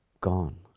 Gone